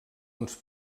uns